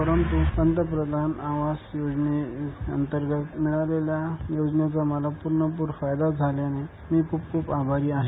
परंतू पंतप्रधान आवास योजनेअंतर्गत मिळालेल्या योजनेचा मला पूरेपूर फायदा झाल्याने मी खूप खूप आभारी आहे